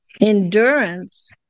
endurance